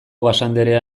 basanderea